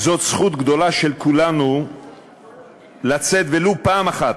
זאת זכות גדולה של כולנו לצאת, ולו פעם אחת,